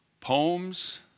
poems